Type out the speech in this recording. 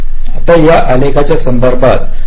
आता या आलेखच्या संदर्भात आपण कधी कधी गणना करतो